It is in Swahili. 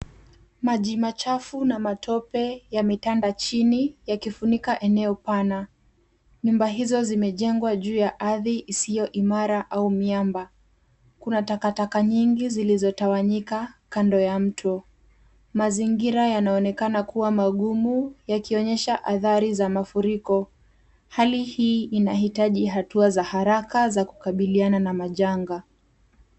Maji machafu na matope yametanda chini yakifunika eneo pana. Nyumba hizo zimejengwa juu ya ardhi isiyo imara au miamba. Kuna takataka nyingi zilizotawanyika kando ya mto. Mazingira yanaonekana kuwa magumu yakionyesha athari za mafuriko. Hali hii inahitaji hatua za haraka za kukabiliana na majanga.